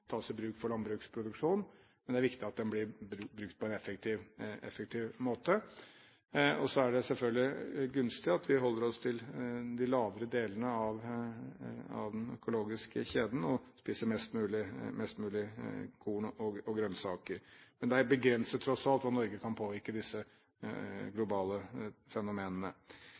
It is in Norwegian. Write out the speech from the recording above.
tas i bruk for landbruksproduksjon, men det er viktig at den blir brukt på en effektiv måte. Så er det selvfølgelig gunstig at vi holder oss til de lavere delene av den økologiske kjeden og spiser mest mulig korn og grønnsaker. Men det er begrenset, tross alt, hva Norge kan gjøre for å påvirke disse globale fenomenene.